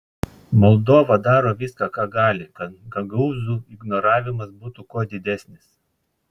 moldova daro viską ką gali kad gagaūzų ignoravimas būtų kuo didesnis